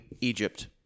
Egypt